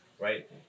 Right